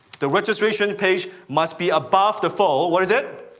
the registration page must be above the phone. what is it?